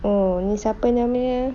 oh ni siapa nama ah